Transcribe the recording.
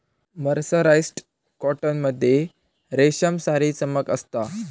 mercerised cotton मध्ये रेशमसारी चमक असता